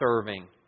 serving